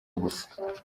gusa